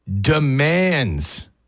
demands